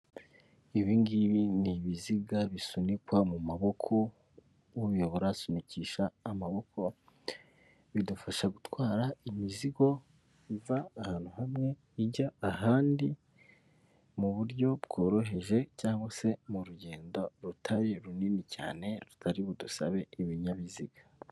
Ibi ngibi ni ibiziga bisunikwa mu maboko ubiyobora asunikisha amaboko bidufasha gutwara imizigo iva ahantu hamwe ijya ahandi mu buryo bworoheje cyangwa se mu rugendo rutari runini cyane rutari budusabe ibinyabiziga.